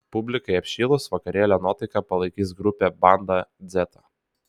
publikai apšilus vakarėlio nuotaiką palaikys grupė banda dzeta